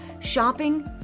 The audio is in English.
shopping